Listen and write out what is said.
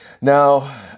Now